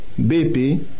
BP